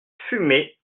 fumer